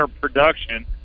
production